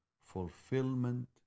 fulfillment